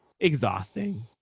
exhausting